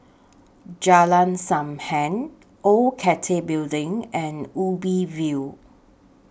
Jalan SAM Heng Old Cathay Building and Ubi View